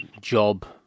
job